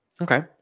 okay